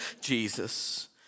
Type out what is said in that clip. Jesus